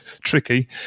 tricky